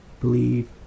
believe